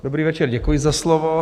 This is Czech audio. Dobrý večer, děkuji za slovo.